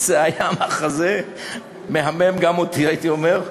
זה היה מחזה מהמם, גם אותי, הייתי אומר.